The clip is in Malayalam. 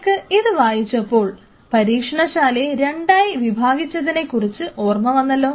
നിങ്ങൾക്ക് ഇത് വായിച്ചപ്പോൾ പരീക്ഷണശാലയെ രണ്ടായി വിഭാഗിച്ചതിനെക്കുറിച്ച് ഓർമ വന്നല്ലോ